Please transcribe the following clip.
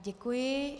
Děkuji.